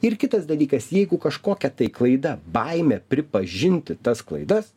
ir kitas dalykas jeigu kažkokia tai klaida baimė pripažinti tas klaidas